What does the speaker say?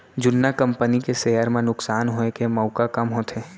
जुन्ना कंपनी के सेयर म नुकसान होए के मउका कम होथे